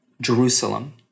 Jerusalem